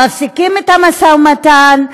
מפסיקים את המשא ומתן,